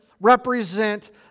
represent